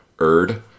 Erd